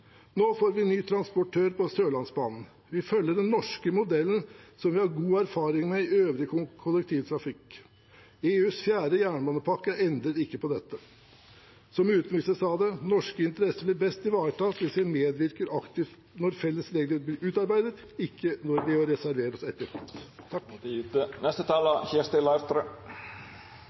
Nå får vi en ny transportør på Sørlandsbanen. Vi følger den norske modellen, som vi har god erfaring med i den øvrige kollektivtrafikken. EUs fjerde jernbanepakke endrer ikke på dette. Som utenriksministeren sa det: «Norske interesser blir best ivaretatt hvis vi medvirker aktivt når felles regler blir utarbeidet, ikke ved å reservere oss